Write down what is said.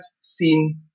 seen